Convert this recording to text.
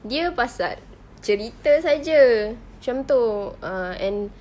dia pasal cerita saja macam itu ah and